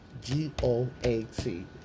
G-O-A-T